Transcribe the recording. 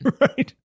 right